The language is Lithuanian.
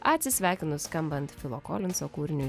atsisveikinu skambant filo kolinzo kūriniui